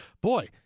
boy